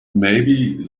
maybe